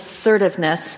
assertiveness